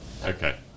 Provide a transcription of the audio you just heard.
Okay